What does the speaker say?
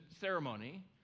ceremony